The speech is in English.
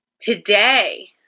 Today